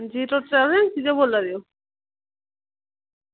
जी तुस travel agency चा बोल्ला दे ओ